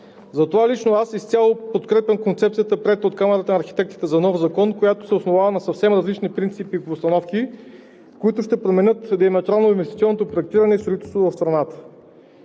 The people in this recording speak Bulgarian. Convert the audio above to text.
Затова лично аз изцяло подкрепям концепцията, приета от Камарата на архитектите за нов закон, която се основава на съвсем различни принципи и постановки, които ще променят диаметрално инвестиционното проектиране и строителство в страната.